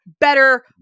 better